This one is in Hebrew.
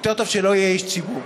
יותר טוב שלא יהיה איש ציבור.